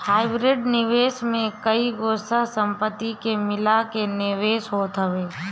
hybrid निवेश में कईगो सह संपत्ति के मिला के निवेश होत हवे